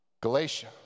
Galatia